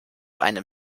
meinem